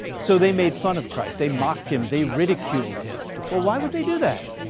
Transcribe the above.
so they made fun of christ. they mocked him. they ridiculed him. well why would they do that?